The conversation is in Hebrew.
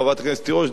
חברת הכנסת תירוש,